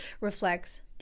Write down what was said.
reflects